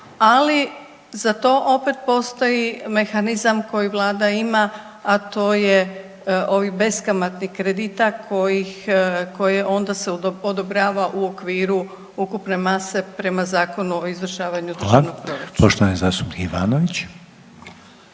ali za to opet postoji mehanizam koji vlada ima, a to je ovih beskamatnih kredita kojih, koje onda se odobrava u okviru ukupne mase prema Zakonu o izvršavanju državnog proračuna. **Reiner, Željko (HDZ)** Hvala.